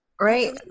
Right